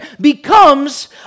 becomes